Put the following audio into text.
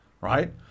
right